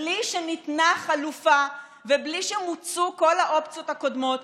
בלי שניתנה חלופה ובלי שמוצו כל האופציות הקודמות,